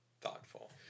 thoughtful